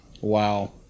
Wow